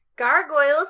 gargoyles